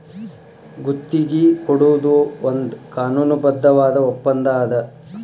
ಗುತ್ತಿಗಿ ಕೊಡೊದು ಒಂದ್ ಕಾನೂನುಬದ್ಧವಾದ ಒಪ್ಪಂದಾ ಅದ